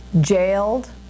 jailed